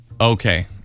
Okay